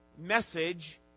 message